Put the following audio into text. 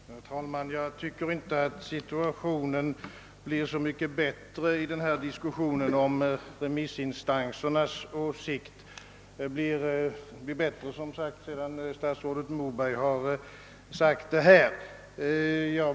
Herr talman! Jag tycker inte, att situationen blir så mycket bättre, när det gäller diskussionen om remissinstansernas åsikter, efter statsrådet Mobergs sista inlägg.